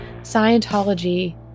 Scientology